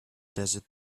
desert